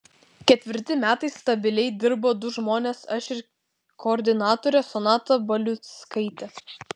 ketvirti metai stabiliai dirba du žmonės aš ir koordinatorė sonata baliuckaitė